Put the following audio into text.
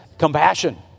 Compassion